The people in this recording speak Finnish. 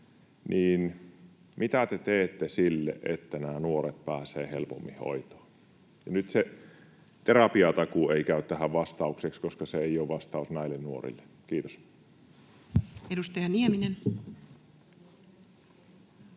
Mitä te teette sille, että nämä nuoret pääsevät helpommin hoitoon? Ja nyt se terapiatakuu ei käy tähän vastaukseksi, koska se ei ole vastaus näille nuorille. — Kiitos. [Speech